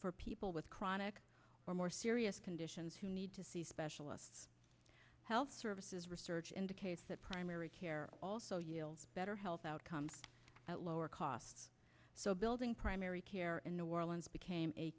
for people with chronic or more serious conditions who need to see specialist health services research indicates that primary care also yields better health outcomes at lower costs so building primary care and new orleans became a